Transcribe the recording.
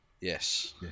Yes